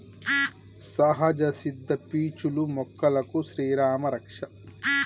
సహజ సిద్ద పీచులు మొక్కలకు శ్రీరామా రక్ష